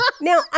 Now